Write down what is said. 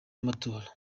amatora